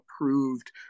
approved